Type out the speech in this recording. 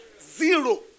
Zero